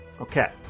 Okay